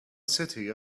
city